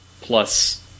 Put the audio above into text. plus